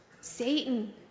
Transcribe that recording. Satan